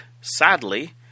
sadly